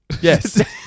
Yes